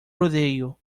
rodeio